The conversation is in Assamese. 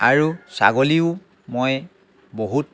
আৰু ছাগলীও মই বহুত